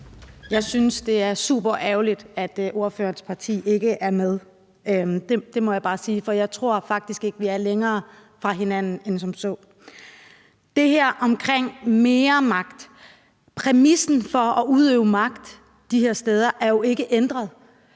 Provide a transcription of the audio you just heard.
Jeg synes, at det er super ærgerligt, at ordførerens parti ikke er med. Det må jeg bare sige. For jeg tror faktisk ikke, at vi er længere fra hinanden end som så. I forhold til det her om mere magt: Præmissen for at udøve magt de her steder er jo ikke ændret.